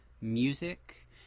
music